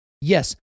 Yes